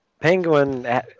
Penguin